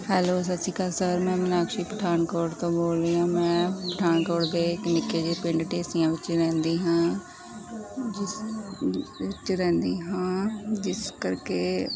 hello ਸਤਿ ਸ਼੍ਰੀ ਅਕਾਲ ਸਰ ਮੈਂ ਮੀਨਾਕਸ਼ੀ ਪਠਾਨਕੋਟ ਤੋਂ ਬੋਲ ਰਹੀ ਹਾਂ ਮੈਂ ਪਠਾਨਕੋਟ ਦੇ ਇੱਕ ਨਿੱਕੇ ਜਿਹੇ ਪਿੰਡ ਢੇਸੀਆਂ ਵਿੱਚ ਰਹਿੰਦੀ ਹਾਂ ਜਿਸ 'ਚ ਰਹਿੰਦੀ ਹਾਂ ਜਿਸ ਕਰਕੇ